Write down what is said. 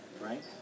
right